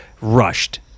Rushed